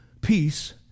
peace